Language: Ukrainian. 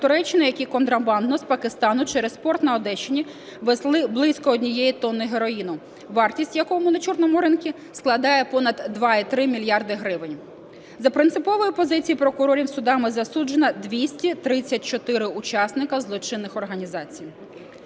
Туреччини, які контрабандно з Пакистану через порт на Одещині везли близько 1 тонни героїну, вартість якого на чорному ринку складає понад 2,3 мільярди гривень. За принципової позиції прокурорів судами засуджено 234 учасника злочинних організацій.